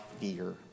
fear